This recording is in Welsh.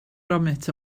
gromit